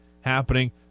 happening